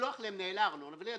לשלוח למנהל הארנונה ולהגיד,